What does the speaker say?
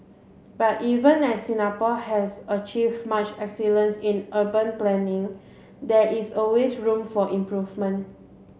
but even as Singapore has achieve much excellence in urban planning there is always room for improvement